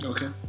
Okay